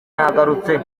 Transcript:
yagarutse